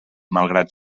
malgrat